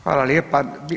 Hvala lijepa.